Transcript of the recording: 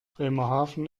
bremerhaven